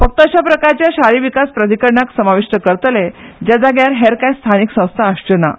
फक्त अशा प्रकारच्या शारी विकास प्राधिकरणाक समाविष्ट करतले ज्या जाग्यार हेर काय स्थानिक संस्था आसच्यो ना